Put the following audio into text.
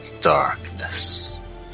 darkness